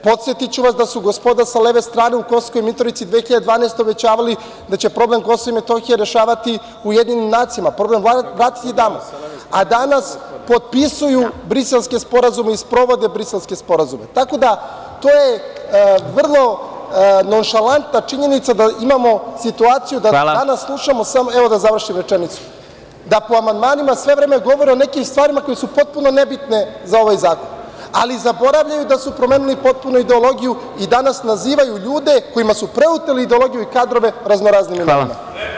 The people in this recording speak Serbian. Podsetiću vas da su gospoda sa leve strane u Kosovskoj Mitrovici 2012. godine obećavali da će problem KiM rešavati u UN i problem vratiti tamo, a danas otpisuju briselske sporazume i sprovode briselske sporazume, tako da to je vrlo nonšalantna činjenica da imamo situaciju da danas slušamo da po amandmanima sve vreme govore o nekim stvarima koje su potpuno nebitne za ovaj zakon, ali zaboravljaju da su promenili potpuno ideologiju i danas nazivaju ljude kojima su preoteli ideologiju i kadrove razno-raznim imenima.